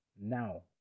now